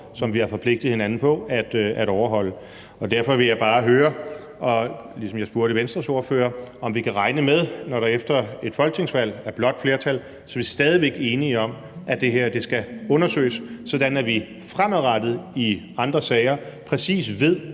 som vi har forpligtet hinanden på at overholde. Og derfor vil jeg bare høre, som jeg spurgte Venstres ordfører, om vi kan regne med – når der efter et folketingsvalg er blåt flertal – at vi stadig væk er enige om, at det her skal undersøges, sådan at vi fremadrettet i andre sager præcis hvad,